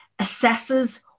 assesses